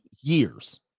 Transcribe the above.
Years